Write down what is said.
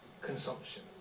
consumption